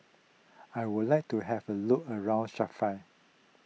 I would like to have a look around Sofia